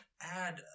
add